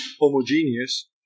homogeneous